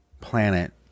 planet